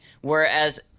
Whereas